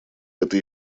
это